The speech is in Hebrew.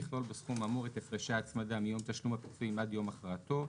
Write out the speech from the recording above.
יכלול בסכום האמור את הפרשי ההצמדה מיום תשלום הפיצויים עד יום הכרעתו.